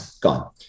gone